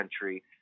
country